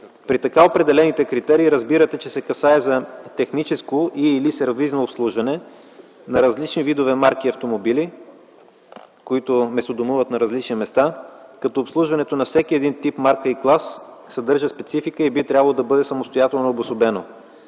При така определените критерии разбирате, че се касае за техническо или сервизно обслужване на различни видове и марки автомобили, които местодомуват на различни места, като обслужването на всеки един тип, марка и клас съдържа специфика и би трябвало да бъде самостоятелно обособено.